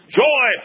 joy